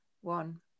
one